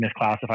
misclassified